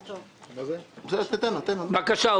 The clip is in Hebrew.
בבקשה,